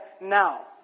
now